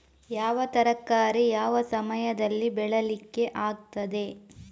ಯಾವ ತರಕಾರಿ ಯಾವ ಸಮಯದಲ್ಲಿ ಬೆಳಿಲಿಕ್ಕೆ ಆಗ್ತದೆ?